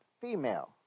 female